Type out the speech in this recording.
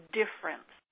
difference